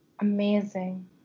Amazing